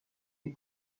des